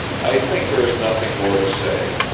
i think there is nothing more to say.